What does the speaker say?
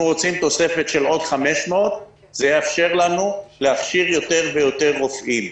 אנחנו רוצים תוספת של עוד 500. זה יאפשר לנו להכשיר יותר ויותר רופאים.